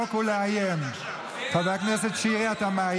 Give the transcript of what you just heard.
הם לא יודעים מה זה לכבד את הדת היהודית.